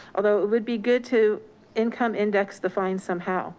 although it would be good to income index the fine somehow